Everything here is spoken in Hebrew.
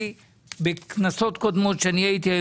מי נגד?